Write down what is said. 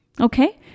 Okay